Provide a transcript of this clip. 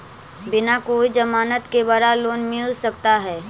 बिना कोई जमानत के बड़ा लोन मिल सकता है?